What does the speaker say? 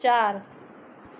चारि